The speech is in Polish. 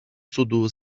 cudu